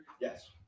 Yes